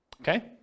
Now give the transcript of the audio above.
Okay